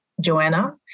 Joanna